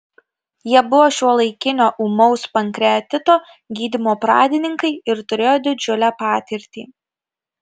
jie buvo šiuolaikinio ūmaus pankreatito gydymo pradininkai ir turėjo didžiulę patirtį